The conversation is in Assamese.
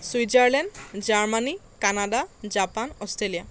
Switzerland Germany Canada Japan Australia